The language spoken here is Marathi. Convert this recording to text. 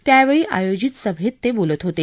त्यावेळी आयोजित सभेत ते बोलत होते